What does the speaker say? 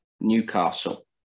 Newcastle